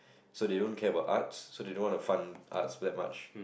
so they won't care about Arts so they don't want to fund Arts that much